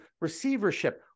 receivership